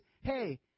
hey